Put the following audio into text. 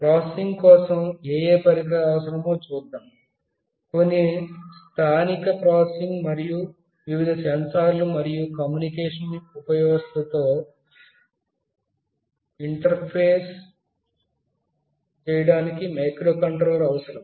processing కోసం ఏయే పరికరాలు అవసరమో చూద్దాం కొన్ని స్థానిక ప్రాసెసింగ్ మరియు వివిధ సెన్సార్లు మరియు కమ్యూనికేషన్ ఉపవ్యవస్థతో ఇంటర్ఫేస్ చేయడానికి మైక్రోకంట్రోలర్ అవసరం